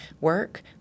work